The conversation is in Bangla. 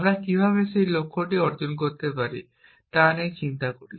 আমরা কীভাবে সেই লক্ষ্যটি অর্জন করতে পারি তা নিয়ে চিন্তা করি